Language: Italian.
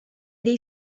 dei